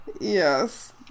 Yes